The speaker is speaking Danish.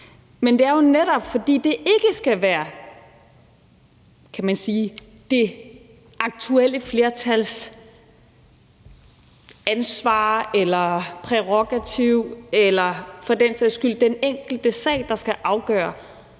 Men det er jo netop, fordi det ikke skal være det aktuelle flertals ansvar eller prærogativ eller for den sags skyld den enkelte sag, der skal afgøre,